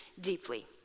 deeply